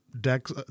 decks